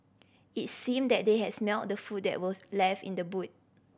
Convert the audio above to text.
it seemed that they had smelt the food that were left in the boot